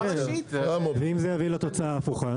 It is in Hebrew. ואם זה יביא לתוצאה הפוכה?